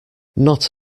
not